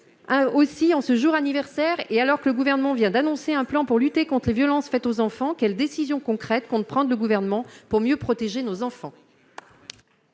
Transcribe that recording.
Aussi, en ce jour anniversaire et alors que le Gouvernement vient d'annoncer un plan pour lutter contre les violences faites aux enfants, quelles décisions concrètes le Gouvernement compte-t-il prendre pour mieux protéger nos enfants ?